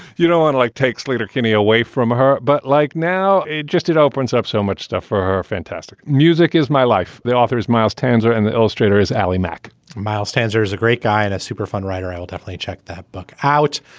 you know, unlike takes later kenny away from her. but like now it just it opens up so much stuff for her. fantastic music is my life. the author is miles tanzer and the illustrator is ali mac miles tanzer is a great guy and a super fun writer. and i'll definitely check that book out.